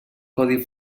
codi